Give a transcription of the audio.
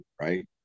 right